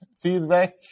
feedback